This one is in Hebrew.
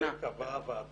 את זה קבעה הוועדה